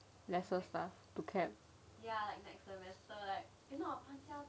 lesser stuff to camp